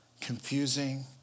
confusing